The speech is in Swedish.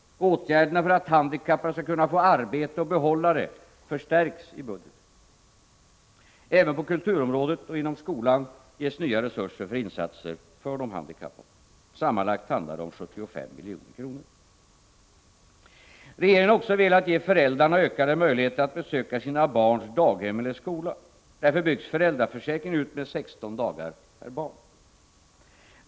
Och åtgärderna för att handikappade skall kunna få arbete och behålla det förstärks i budgeten. Även på kulturområdet och inom skolan ges nya resurser för insatser för de handikappade. Sammanlagt handlar det om 75 milj.kr. Regeringen har också velat ge föräldrarna ökade möjligheter att besöka sina barns daghem eller skolor. Därför byggs föräldraförsäkringen ut med 16 dagar/barn.